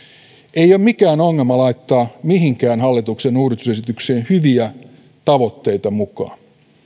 ei ole mikään ongelma laittaa mihinkään hallituksen uudistusesitykseen hyviä tavoitteita mukaan